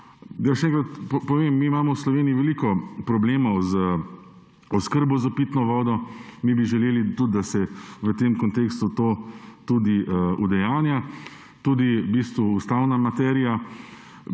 Da še enkrat povem, mi imamo v Sloveniji veliko problemov z oskrbo s pitno vodo. Mi bi želeli tudi, da se v tem kontekstu to tudi udejanja, tudi v bistvu ustavna materija